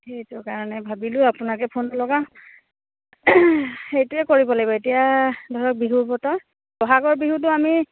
সেইটো কাৰণে ভাবিলোঁ আপোনাকে ফোনটো লগাওঁ সেইটোৱে কৰিব লাগিব এতিয়া ধৰক বিহু বতৰ ব'হাগৰ বিহুটো আমি